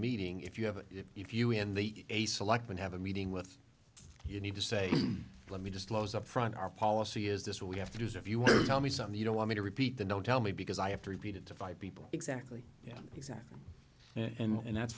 meeting if you have it if you and the a selectman have a meeting with you need to say let me just close up front our policy is this what we have to do so if you want to tell me something you don't want me to repeat the don't tell me because i have to repeat it to five people exactly yeah exactly and that's